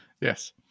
Yes